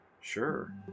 Sure